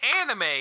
anime